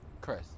Chris